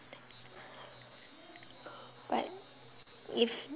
but if